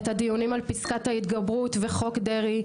את הדיונים על פסקת ההתגברות וחוק דרעי,